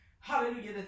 Hallelujah